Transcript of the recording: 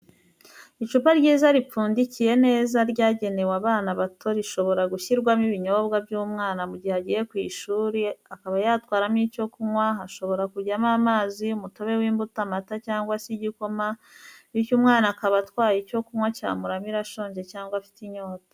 Icupa ryiza ripfundikiye neza ryagenewe abana bato rishobora gushyirwamo ibinyobwa by'umwana mu gihe agiye ku ishuri akaba yatwaramo icyo kunywa hashobora kujyamo amazi umutobe w'imbuto, amata cyangwa se igikoma bityo umwana akaba atwaye icyo kunywa cyamuramira ashonje cyangwa afite inyota